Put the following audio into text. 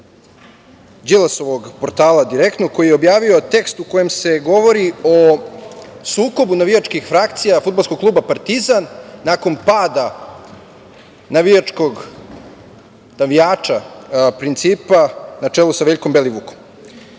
Đilasovog Portala „Direktno“ koji je objavio tekst u kome se govori o sukobu navijačkih frakcija Fudbalskog kluba „Partizan“ nakon pada navijača „Principa“ na čelu sa Veljkom Belivukom.U